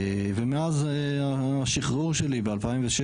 ומאז השחרור שלי ב- 2006,